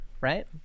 right